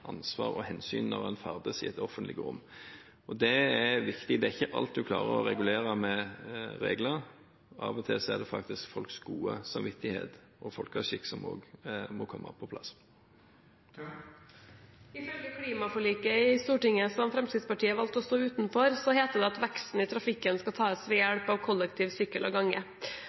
hensyn når en ferdes i det offentlige rom. Det er viktig. Det er ikke alt du klarer å regulere med regler – av og til er det faktisk folks gode samvittighet og folkeskikk som også må være på plass. Ifølge klimaforliket i Stortinget, som Fremskrittspartiet valgte å stå utenfor, heter det at veksten i trafikken skal tas ved hjelp av kollektiv, sykkel og gange.